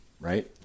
right